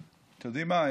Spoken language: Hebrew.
אתם יודעים מה,